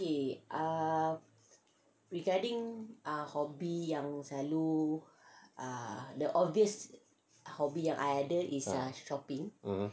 um